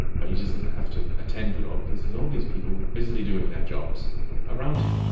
but he doesn't have to attend to it all because there's all these people busily doing their jobs around him,